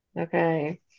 Okay